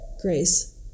grace